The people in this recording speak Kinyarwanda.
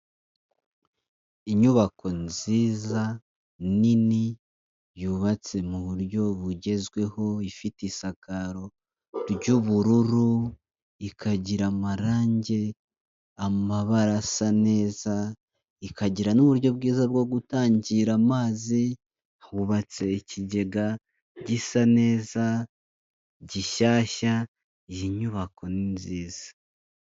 Inyubako nziza nini yubatse mu buryo bugezweho. Ifite isakaro ry'ubururu, ikagira amarangi, amabara asa neza. Ikagira n'uburyo bwiza bwo gutangira amazi. Hubatse ikigega gisa neza, gishyashya. Iyi nyubako ni nziza.